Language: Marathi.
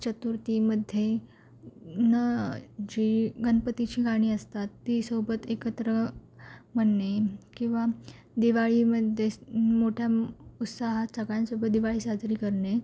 चतुर्थीमध्ये न जे गणपतीची गाणी असतात ती सोबत एकत्र म्हणणे किंवा दिवाळीमध्येच मोठ्या उत्साहात सगळ्यांसोबत दिवाळी साजरी करणे